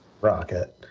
Rocket